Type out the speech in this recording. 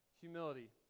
Humility